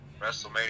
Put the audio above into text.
Wrestlemania